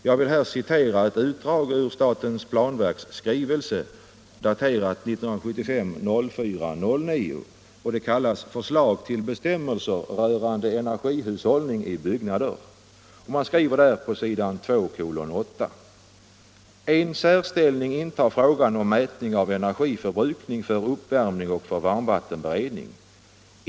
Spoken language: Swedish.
Jag vill här citera ett utdrag ur statens planverks skrivelse daterad 1975-04-09, som kallas ”Förslag till bestämmelser rörande energihushållning i byggnader”. Man säger där på s. 2:8 följande: ”En särställning intar frågan om mätning av energiförbrukningen för uppvärmning och för varmvattenberedning.